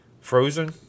Frozen